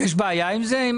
יש בעיה עם זה?